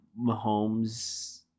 Mahomes